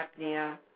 apnea